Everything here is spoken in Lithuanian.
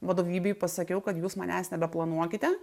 vadovybei pasakiau kad jūs manęs nebeplanuokite